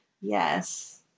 Yes